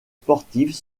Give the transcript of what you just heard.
sportives